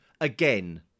again